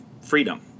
freedom